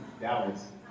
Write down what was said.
Dallas